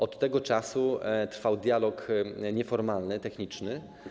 Od tego czasu trwał dialog nieformalny, techniczny.